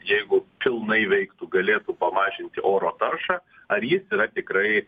jeigu pilnai veiktų galėtų pamažinti oro taršą ar jis yra tikrai